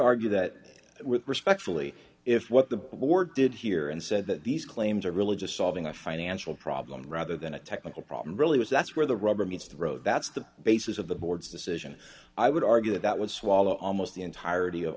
argue that respectfully if what the board did here and said that these claims are religious solving a financial problem rather than a technical problem really was that's where the rubber meets the road that's the basis of the board's decision i would argue that would swallow almost the entirety of